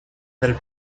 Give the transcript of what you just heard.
del